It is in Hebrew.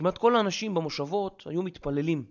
כמעט כל האנשים במושבות היו מתפללים.